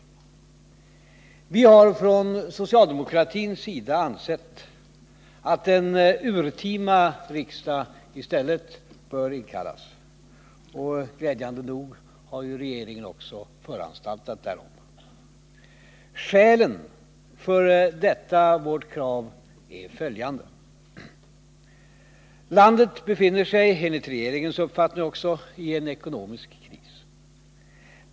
Istället har vi från socialdemokratins sida ansett att ett urtima riksmöte bör inkallas, och glädjande nog har ju regeringen föranstaltat därom. Skälen för detta vårt krav är följande. Landet befinner sig, även enligt regeringens uppfattning, i en ekonomisk kris.